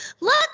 Look